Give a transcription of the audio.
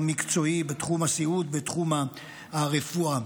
המקצועי בתחום הסיעוד, בתחום הרפואה.